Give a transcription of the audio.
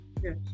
yes